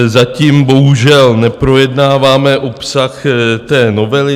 Zatím bohužel neprojednáváme obsah té novely.